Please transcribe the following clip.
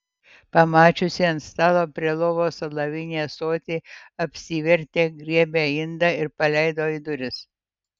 pamačiusi ant stalo prie lovos alavinį ąsotį apsivertė griebė indą ir paleido į duris